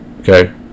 okay